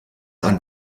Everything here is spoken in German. einen